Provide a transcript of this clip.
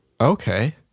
Okay